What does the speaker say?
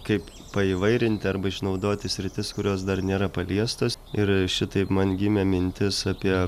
kaip paįvairinti arba išnaudoti sritis kurios dar nėra paliestos yra šitaip man gimė mintis apie